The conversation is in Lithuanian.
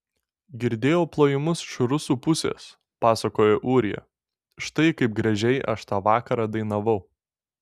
girdėjau plojimus iš rusų pusės pasakojo ūrija štai kaip gražiai aš tą vakarą dainavau